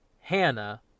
Hannah